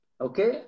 okay